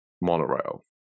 monorail